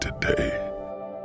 today